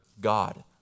God